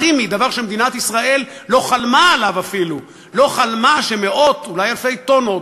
פירושו שאתה יודע שאתה הולך לרצוח אלפי נשים,